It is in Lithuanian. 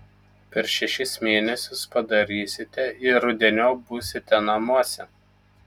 per šešis mėnesius padarysite ir rudeniop būsite namuose